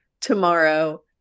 Tomorrow